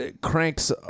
cranks